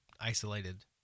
isolated